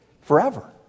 forever